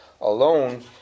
alone